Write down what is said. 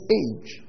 age